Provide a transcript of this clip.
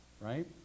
right